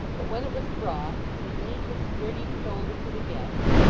but when it was brought, and he leant his sturdy shoulder to the guest,